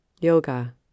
Yoga